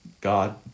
God